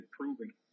improving